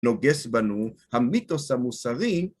נוגס בנו המיתוס המוסרי